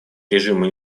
режима